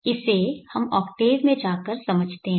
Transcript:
इसे हम ऑक्टेव में जाकर समझते हैं